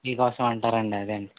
మీకోసం అంటారుండి అదే అండి